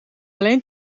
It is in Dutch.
alleen